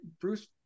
Bruce